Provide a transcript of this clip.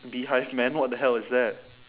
beehive man what the hell is that